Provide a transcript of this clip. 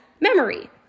memory